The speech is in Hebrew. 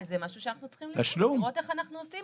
אז זה משהו שאנחנו צריכים לראות איך אנחנו עושים.